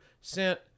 sent